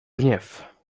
gniew